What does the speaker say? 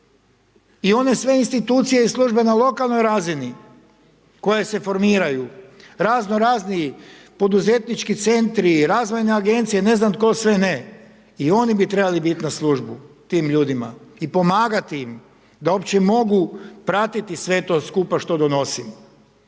I one sve institucije i službeno, na lokalnoj razini, koja se formiraju, razno razni poduzetnički centri, razvojne agencije, ne znam tko sve ne, i oni bi trebali biti na službu tim ljudima i pomagati ima da uopće mogu pratiti sve to skupa što donosimo.